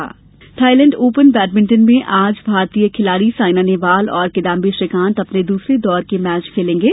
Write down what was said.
badminton Thailand open badminton में आज भारतीय खिलाड़ी साइना नेहवाल और किदम्बी श्रीकांत अपने दूसरे दौर के मैच खेलेंगे